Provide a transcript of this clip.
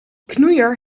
knoeier